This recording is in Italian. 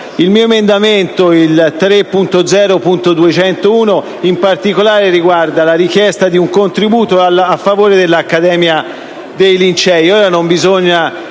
Il mio emendamento, il 3.0.201, in particolare riguarda la richiesta di un contributo a favore dell'Accademia dei Lincei.